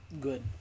good